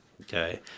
Okay